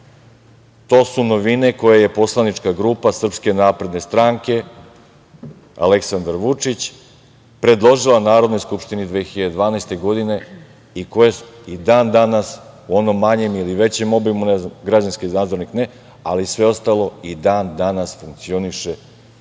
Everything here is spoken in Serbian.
su novine koje je poslanička grupa Srpske napredne stranke – Aleksandar Vučić predložila Narodnoj skupštini 2012. godine i koje i dan danas u onom manjem ili većem obimu, građanski nadzornik ne, ali sve ostalo i dan danas funkcioniše u sistemu